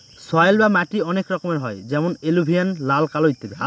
soil বা মাটি অনেক রকমের হয় যেমন এলুভিয়াল, লাল, কালো ইত্যাদি